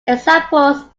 examples